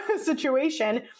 situation